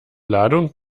ladung